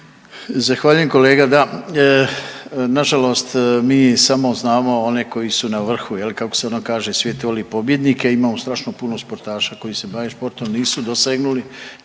Zahvaljujem kolega. Da, nažalost mi samo znamo one koji su na vrhu, je li, kako se ono kaže, svijet voli pobjednike? Imamo strašno puno športaša koji se bave športom, nisu dosegnuli